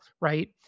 right